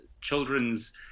children's